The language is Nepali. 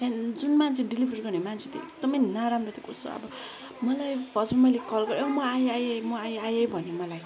त्यहाँ जुन मान्छे डेलिभेरी गर्ने मान्छ थियो एकदमै नराम्रो थियो कस्तो अब मलाई फर्स्ट मैले कल गरेँ म आएँ आएँ म आएँ म आएँ भन्यो मलाई